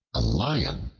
a lion,